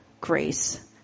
grace